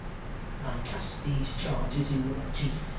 i cast these charges in your teeth,